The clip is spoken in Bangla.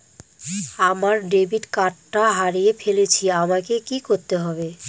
আমার ডেবিট কার্ডটা হারিয়ে ফেলেছি আমাকে কি করতে হবে?